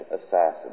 assassin